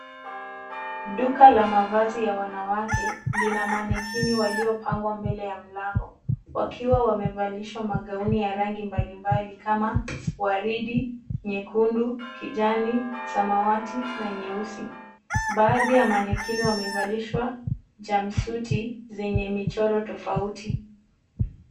Duka la mavazi ya wanawake, lina mannekini waliopangwa mbele ya mlango, wakiwa wamevalishwa magaoni ya rangi mbalimbali, kama, waridi, nyekkundu, kijani, samawati, na nyeusi. Baadhi ya mannikeni wamevalishwa, jamsuti, zenye michoro tofauti.